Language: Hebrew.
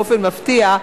באופן מפתיע,